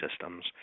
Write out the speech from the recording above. systems